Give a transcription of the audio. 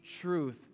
truth